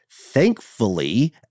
Thankfully